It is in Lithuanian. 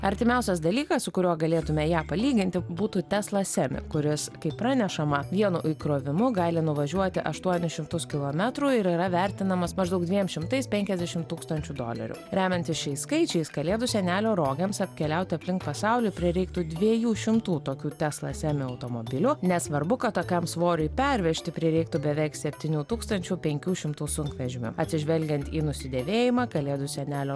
artimiausias dalykas su kuriuo galėtume ją palyginti būtų tesla semi kuris kaip pranešama vienu įkrovimu gali nuvažiuoti aštuonis šimtus kilometrų ir yra vertinamas maždaug dviem šimtais penkiasdešimt tūkstančių dolerių remiantis šiais skaičiais kalėdų senelio rogėms apkeliauti aplink pasaulį prireiktų dviejų šimtų tokių tesla semi automobilių nesvarbu kad tokiam svoriui pervežti prireiktų beveik septynių tūkstančių penkių šimtų sunkvežimių atsižvelgiant į nusidėvėjimą kalėdų senelio